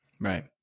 Right